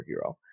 superhero